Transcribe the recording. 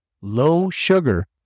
low-sugar